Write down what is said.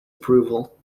approval